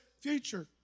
future